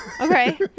Okay